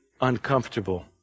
uncomfortable